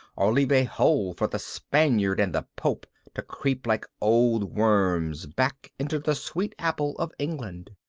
or leave a hole for the spaniard and the pope to creep like old worms back into the sweet apple of england.